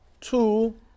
two